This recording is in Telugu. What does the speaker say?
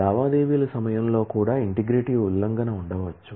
లావాదేవీల సమయంలో కూడా ఇంటిగ్రిటీ ఉల్లంఘన ఉండవచ్చు